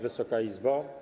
Wysoka Izbo!